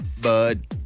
Bud